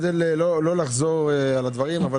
אנחנו רואים את הבנקים מרוויחים כול